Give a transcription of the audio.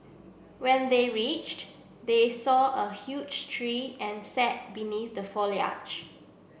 when they reached they saw a huge tree and sat beneath the foliage